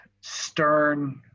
stern